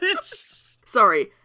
Sorry